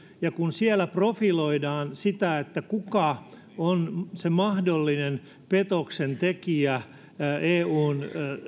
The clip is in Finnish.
ja kun siellä profiloidaan sitä kuka on se mahdollinen petoksen tekijä eun